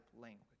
language